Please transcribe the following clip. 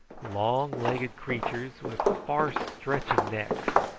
long-legged creatures with far-stretching necks.